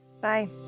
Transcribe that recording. Bye